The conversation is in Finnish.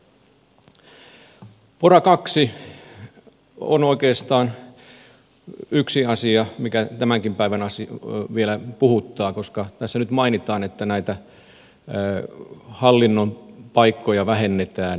pora ii on oikeastaan yksi asia mikä vielä puhuttaa koska tässä nyt mainitaan että näitä hallinnon paikkoja vähennetään